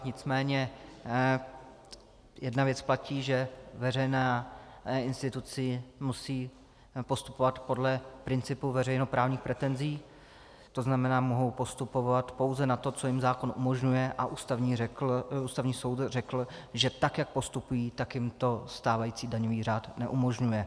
Nicméně jedna věc platí, že veřejné instituce musejí postupovat podle principu veřejnoprávních pretenzí, to znamená, mohou postupovat pouze na to, co jim zákon umožňuje, a Ústavní soud řekl, že tak jak postupují, tak jim to stávající daňový řád neumožňuje.